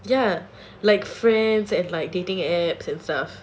ya like friends and like dating applications and stuff